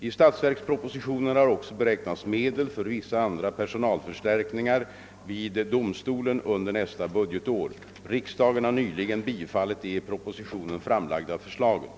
I statsverkspropositionen har också beräknats medel för vissa andra personalförstärkningar vid domstolen under nästa budgetår. Riksdagen har nyligen bifallit de i propositionen framlagda förslagen.